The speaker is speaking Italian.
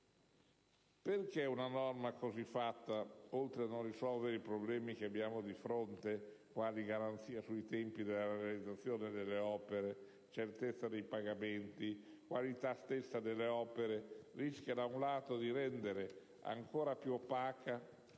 Una norma così fatta, oltre a non risolvere i problemi che abbiamo di fronte (quali garanzia sui tempi della realizzazione delle opere, certezza dei pagamenti, qualità stessa delle opere), rischia da un lato di rendere ancora più opaca